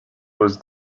was